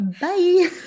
bye